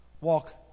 Walk